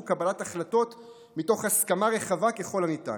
קבלת החלטות מתוך הסכמה רחבה ככל הניתן.